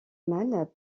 mal